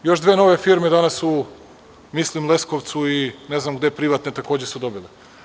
Još dve nove firme su danas u, mislim, Leskovcu i ne znam gde, privatne, takođe su dobile.